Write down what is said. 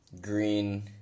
green